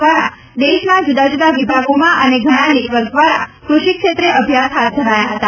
દ્વારા દેશના જુદા જુદા વિભાગોમાં અને ઘણા નેટવર્ક દ્વારા કૃષિ ક્ષેત્રે અભ્યાસ હાથ ધરાયા હતા